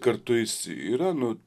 kartu jis yra nu